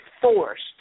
forced